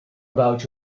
about